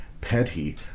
Petty